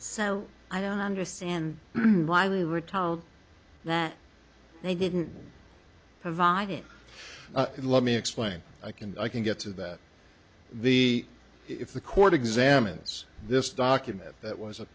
so i don't understand why we were told that they didn't provide it and let me explain i can i can get to that the if the court examines this document that was